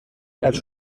els